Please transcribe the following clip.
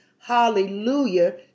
Hallelujah